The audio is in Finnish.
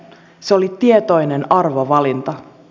se oli tietoinen arvovalinta